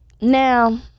Now